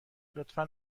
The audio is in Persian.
لطفا